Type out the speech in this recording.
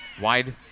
Wide